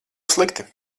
slikti